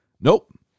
Nope